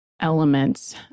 elements